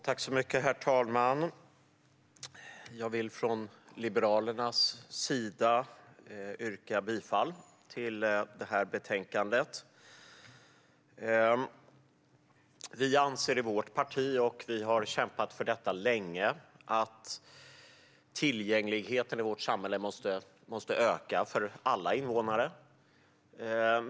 Herr talman! Jag vill från Liberalernas sida yrka bifall till förslaget. Vi anser i vårt parti - vi har kämpat för detta länge - att tillgängligheten i vårt samhälle måste öka för alla invånare.